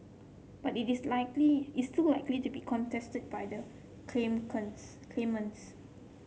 but it is likely it's still likely to be contested by the claimants